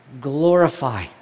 glorify